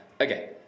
Okay